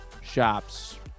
shops